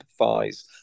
empathize